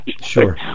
Sure